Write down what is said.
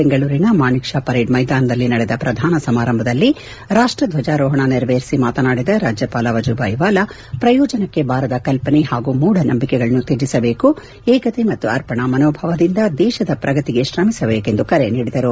ಬೆಂಗಳೂರಿನ Manekshaw parade ಮೈದಾನದಲ್ಲಿ ನಡೆದ ಪ್ರಧಾನ ಸಮಾರಂಭದಲ್ಲಿ ರಾಷ್ಷ ಧಜಾರೋಹಣ ನೆರವೇರಿಸಿ ಮಾತನಾಡಿದ ರಾಜ್ಯಪಾಲ ವಜೂಭಾಯ್ ವಾಲಾ ಪ್ರಯೋಜನಕ್ಕೆ ಬಾರದ ಕಲ್ಲನೆ ಹಾಗೂ ಮೂಢನಂಬಿಕೆಗಳನ್ನು ತ್ನಜಿಸಬೇಕು ಏಕತಾ ಮತ್ತು ಅರ್ಪಣಾ ಮನೋಭಾವದಿಂದ ದೇಶದ ಪ್ರಗತಿಗೆ ಶ್ರಮಿಸಬೇಕು ಎಂದು ಕರೆ ನೀಡಿದರು